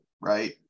right